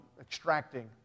extracting